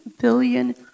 billion